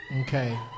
Okay